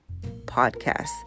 podcast